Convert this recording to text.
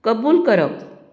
कबूल करप